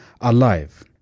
alive